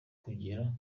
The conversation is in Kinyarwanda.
kugera